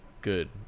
good